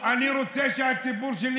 אני רוצה שהציבור שלי,